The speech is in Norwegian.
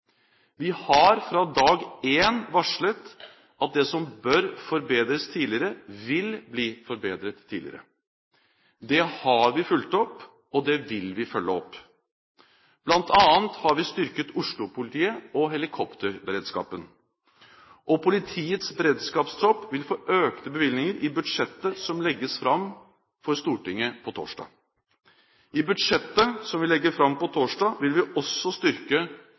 Vi har fra dag én varslet at det som bør forbedres tidligere, vil bli forbedret tidligere. Det har vi fulgt opp, og det vil vi følge opp. Blant annet har vi styrket Oslo-politiet og helikopterberedskapen, og politiets beredskapstropp vil få økte bevilgninger i budsjettet som legges fram for Stortinget på torsdag. I budsjettet, som vi legger fram på torsdag, vil vi også styrke